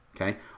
Okay